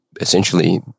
essentially